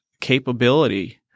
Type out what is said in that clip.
capability